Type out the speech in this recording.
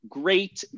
great